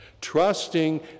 trusting